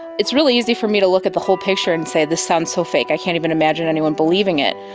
it's really easy for me to look at the whole picture and say this sounds so fake, i can't even imagine anyone believing it.